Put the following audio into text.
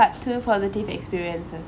two positive experiences